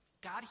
God